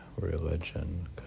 religion